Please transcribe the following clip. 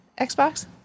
Xbox